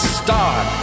start